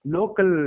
Local